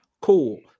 Cool